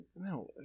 No